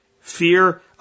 Fear